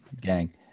gang